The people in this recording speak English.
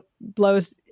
blows